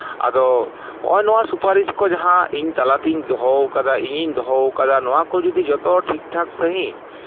ᱟᱫᱚ ᱱᱚᱜᱼᱚᱭ ᱱᱚᱣᱟ ᱥᱩᱯᱟᱨᱤᱥ ᱠᱚ ᱡᱟᱦᱟᱸ ᱤᱧ ᱛᱟᱞᱟᱛᱤᱧ ᱫᱚᱦᱚ ᱠᱟᱫᱟ ᱤᱧ ᱫᱚᱦᱚ ᱠᱟᱫᱟ ᱱᱚᱣᱟᱠᱚ ᱡᱩᱫᱤ ᱡᱚᱛᱚ ᱴᱷᱤᱠ ᱴᱷᱟᱠ ᱥᱟᱹᱦᱤᱡ